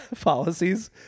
policies